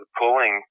pulling